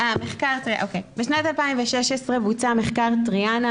בשנת 2016 בוצע מחקר טריאנה,